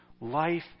life